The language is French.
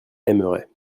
aimerait